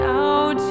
out